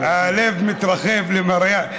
כן, הלב מתרחב למראיה.